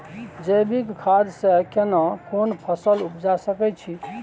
जैविक खाद से केना कोन फसल उपजा सकै छि?